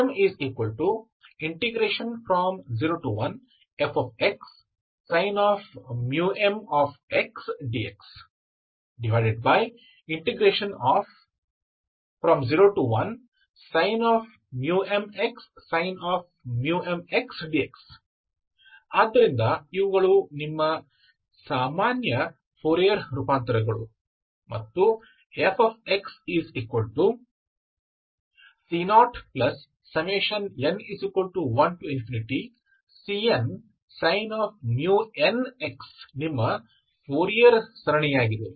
c0301fxxdx cm01fxsin mx dx01sin mx sin mx dx ಆದ್ದರಿಂದ ಇವುಗಳು ನಿಮ್ಮ ಸಾಮಾನ್ಯ ಫೋರಿಯರ್ ರೂಪಾಂತರಗಳು ಮತ್ತು fxc0n1cnsin nx ನಿಮ್ಮ ಫೋರಿಯರ್ ಸರಣಿಯಾಗಿದೆ